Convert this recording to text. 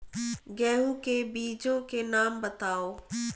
गेहूँ के बीजों के नाम बताओ?